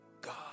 God